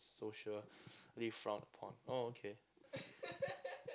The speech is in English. socially frowned upon oh okay